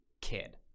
kid